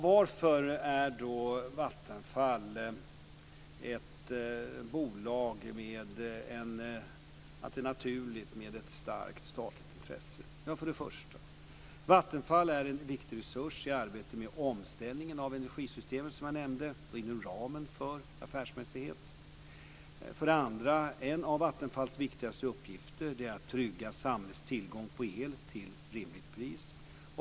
Varför är det då naturligt med ett starkt statligt intresse i Vattenfall? För det första är Vattenfall, som jag nämnde, en viktig resurs i arbetet med omställningen av energisystemen inom ramen för affärsmässighet. För det andra är en av Vattenfalls viktigaste uppgifter att trygga samhällets tillgång på el till ett rimligt pris.